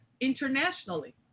internationally